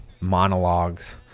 monologues